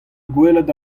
gwelet